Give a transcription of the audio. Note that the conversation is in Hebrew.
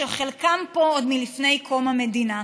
שחלקם פה עוד מלפני קום המדינה.